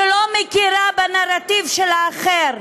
שלא מכירה בנרטיב של האחר,